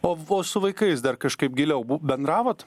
o vo su vaikais dar kažkaip giliau bu bendravot